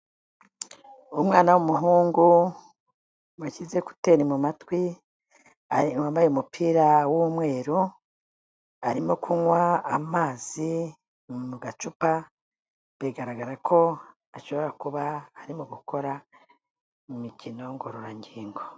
Umwana w'umuhungu washyizeze kuteri mu matwi wambaye umupira w'umweru, arimo kunywa amazi mu gacupa, bigaragara ko ashobora kuba arimo gukora imikino ngororangingo.